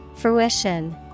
Fruition